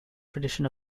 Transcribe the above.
tradition